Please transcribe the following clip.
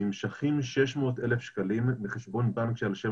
נמשכים 600,000 שקלים מחשבון בנק על שם